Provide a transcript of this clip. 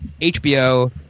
HBO